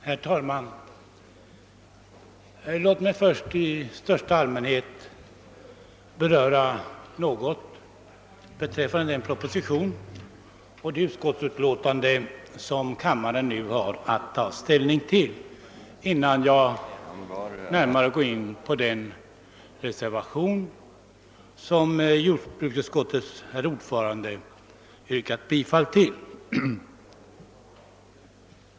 Herr talman! Jag vill först i största allmänhet något beröra den proposition och det utskottsutlåtande som kammaren nu har att ta ställning till, innan jag går närmare in på den reservation som jordbruksutskottets ordförande yrkat bifall till.